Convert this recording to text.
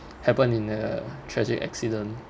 happen in a tragic accident